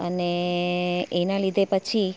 અને એના લીધે પછી